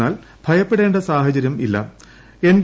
എന്നാൽ ഭയപ്പെടേണ്ട സാഹചര്യമില്ല്